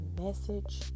message